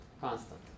Constant